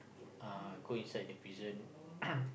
uh go inside the prison